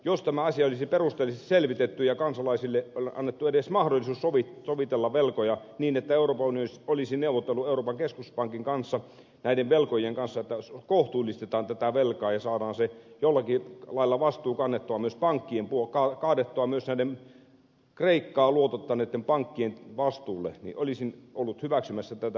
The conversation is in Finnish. jos tämä asia olisi perusteellisesti selvitetty ja kansalaisille annettu edes mahdollisuus sovitella velkoja niin että euroopan unioni olisi euroopan keskuspankin kanssa neuvotellut näiden velkojien kanssa siitä että kohtuullistetaan tätä velkaa ja saadaan jollakin lailla vastuu kaadettua myös näiden kreikkaa luotottaneitten pankkien vastuulle niin olisin ollut hyväksymässä tätä